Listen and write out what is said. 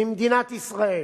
במדינת ישראל.